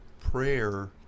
prayer